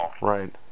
right